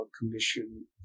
commission